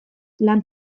lan